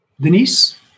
Denise